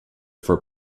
for